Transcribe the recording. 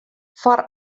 foar